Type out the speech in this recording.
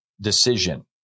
decision